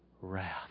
wrath